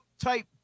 type